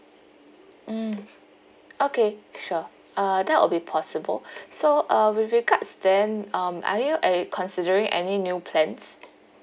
mm okay sure uh that will be possible so uh with regards then um are you a~ considering any new plans